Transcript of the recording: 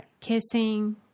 kissing